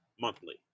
monthly